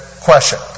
question